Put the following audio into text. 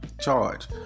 charge